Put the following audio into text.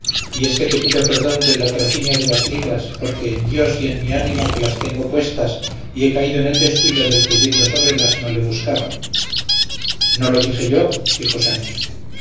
y es que te pido perdón del latrocinio de las ligas porque en dios y en mi ánima que las tengo puestas y he caído en el descuido del que yendo sobre el asno le buscaba no lo dije yo dijo sancho